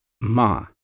Ma